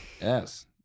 Yes